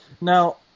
Now